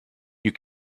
you